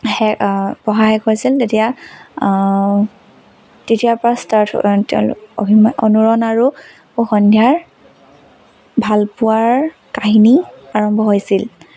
শে পঢ়া শেষ হৈছিল তেতিয়া তেতিয়াৰ পৰা ষ্টাৰ্ট তেওঁলোকৰ অনুৰণ আৰু সন্ধ্যাৰ ভালপোৱাৰ কাহিনী আৰম্ভ হৈছিল